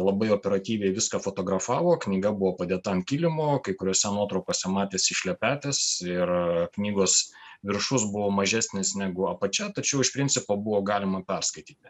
labai operatyviai viską fotografavo knyga buvo padėta ant kilimo kai kuriuose nuotraukose matėsi šlepetės ir knygos viršus buvo mažesnis negu apačia tačiau iš principo buvo galima perskaityti